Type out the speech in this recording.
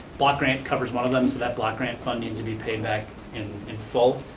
block grant covers one of them, so that block grant fund needs to be paid back in and full.